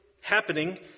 happening